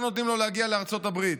לא נותנים לו להגיע לארצות הברית.